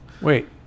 Wait